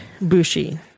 Bushi